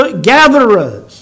gatherers